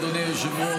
אדוני היושב-ראש,